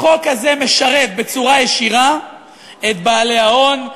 החוק הזה משרת בצורה ישירה את בעלי ההון,